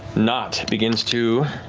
nott begins to